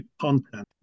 content